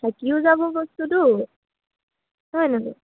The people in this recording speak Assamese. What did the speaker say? থাকিও যাব বস্তুটো হয় নহয়